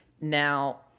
Now